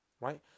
right